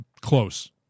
Close